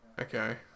Okay